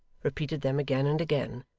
repeated them again and again,